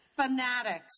fanatics